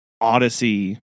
odyssey